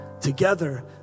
together